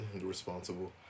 responsible